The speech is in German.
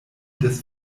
des